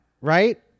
Right